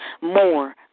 more